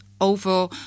over